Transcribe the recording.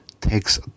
takes